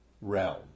realm